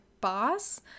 boss